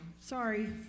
Sorry